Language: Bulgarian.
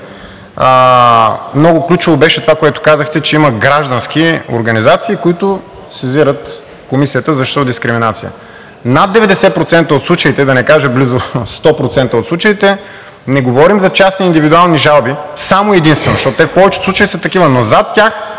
Много ключово беше това, което казахте, че има граждански организации, които сезират Комисията за защита от дискриминация. В над 90% от случаите, да не кажа близо 100%, не говорим за частни индивидуални жалби само и единствено, защото те в повечето случаи са такива, но зад тях